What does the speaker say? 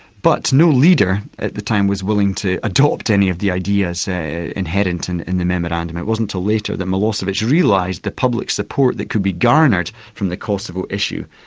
but no leader at the time was willing to adopt any of the ideas inherent and in the memorandum it wasn't till later that milosevic realised the public support that could be garnered from the kosovo issue,